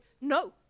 no